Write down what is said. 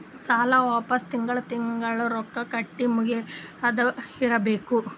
ಸಾಲ ವಾಪಸ್ ತಿಂಗಳಾ ತಿಂಗಳಾ ರೊಕ್ಕಾ ಕಟ್ಟಿ ಮುಗಿಯದ ಇರ್ಬೇಕು